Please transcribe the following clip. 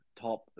top